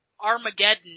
Armageddon